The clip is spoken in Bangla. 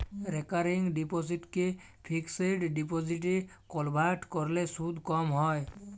রেকারিং ডিপসিটকে ফিকসেড ডিপসিটে কলভার্ট ক্যরলে সুদ ক্যম হ্যয়